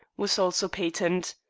was also patent.